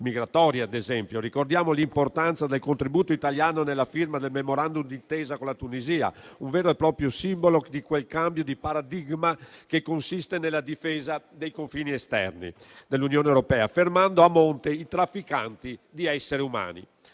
migratori, ad esempio. Ricordiamo l'importanza del contributo italiano nella firma del *memorandum* d'intesa con la Tunisia, un vero e proprio simbolo del cambio di paradigma che consiste nella difesa dei confini esterni dell'Unione europea, fermando a monte i trafficanti di esseri umani.